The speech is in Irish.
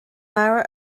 leabhar